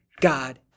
God